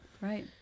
right